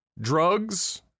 drugs